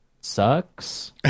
sucks